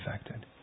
affected